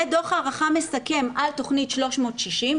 ודו"ח הערכה מסכם על תכנית 360,